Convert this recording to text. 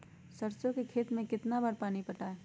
सरसों के खेत मे कितना बार पानी पटाये?